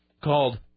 called